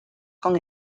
con